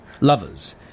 lovers